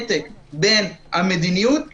ואני לא מדבר אתכם על עניינים כספיים,